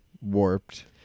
warped